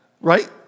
right